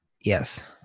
Yes